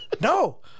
No